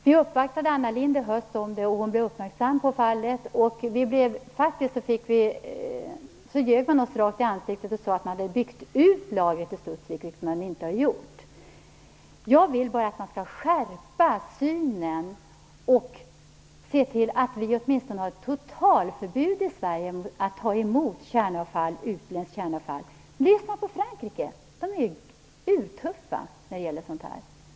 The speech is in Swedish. Vi uppvaktade Anna Lindh i höstas och uppmärksammade henne på fallet. Man ljög oss faktiskt rakt upp i ansiktet och sade att lagret i Studsvik byggts ut, vilket man inte hade gjort. Jag vill bara att man skall skärpa synen på detta och se till att vi åtminstone får ett totalförbud mot att ta emot utländskt kärnavfall i Sverige. Titta på Frankrike! Där är man urtuff i det här avseendet.